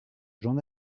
j’en